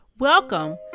Welcome